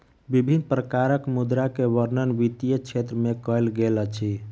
विभिन्न प्रकारक मुद्रा के वर्णन वित्तीय क्षेत्र में कयल गेल अछि